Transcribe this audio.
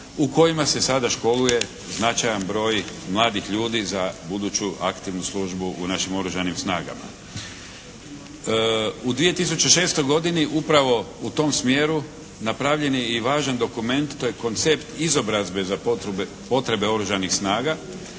u kojima se sada školuje značajan broj mladih ljudi za buduću aktivnu službu u našim Oružanim snagama. U 2006. godini upravo u tom smjeru napravljen je i važan dokument, to je koncept izobrazbe za potrebe Oružanih snaga